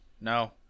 No